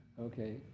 Okay